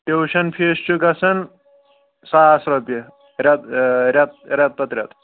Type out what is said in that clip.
tuition fee چھُ گژھان ساس رۄپیہِ رٮ۪تہٕ رٮ۪تہٕ رٮ۪تہٕ پَتہٕ رٮ۪تہٕ